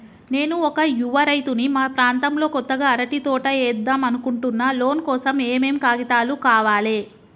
నేను ఒక యువ రైతుని మా ప్రాంతంలో కొత్తగా అరటి తోట ఏద్దం అనుకుంటున్నా లోన్ కోసం ఏం ఏం కాగితాలు కావాలే?